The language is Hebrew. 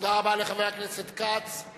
תודה רבה לחבר הכנסת כץ.